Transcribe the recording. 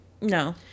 No